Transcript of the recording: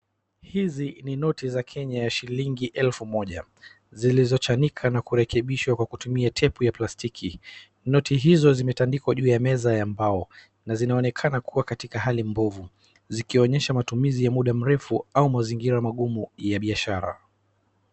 Hizi ni noti za Kenya ya shilingi elfu moja, zilizochanika na kurekebishwa kwa kutumia tepu ya plastiki. Noti hizo zimetandikwa juu ya meza ya mbao na zinaonekana kuwa katika hali mbovu, zikionyesha matumizi ya muda mrefu au mazingira magumu ya biashara.